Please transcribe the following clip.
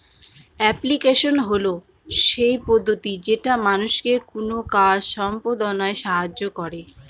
application হল সেই পদ্ধতি যেটা মানুষকে কোনো কাজ সম্পদনায় সাহায্য করে